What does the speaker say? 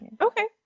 Okay